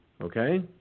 Okay